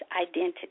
identity